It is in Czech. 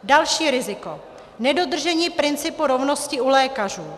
Další riziko nedodržení principu rovnosti u lékařů.